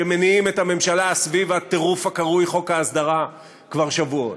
שמניעים את הממשלה סביב הטירוף הקרוי חוק ההסדרה כבר שבועות.